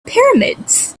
pyramids